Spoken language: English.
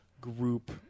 group